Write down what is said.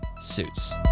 suits